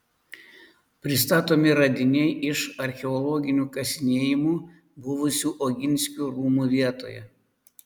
pristatomi radiniai iš archeologinių kasinėjimų buvusių oginskių rūmų vietoje